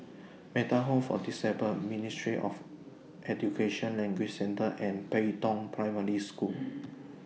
Metta Home For The Disabled Ministry of Education Language Centre and Pei Tong Primary School